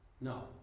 No